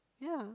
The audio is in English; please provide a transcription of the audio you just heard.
ya